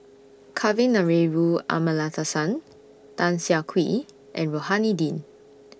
Kavignareru Amallathasan Tan Siah Kwee and Rohani Din